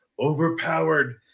overpowered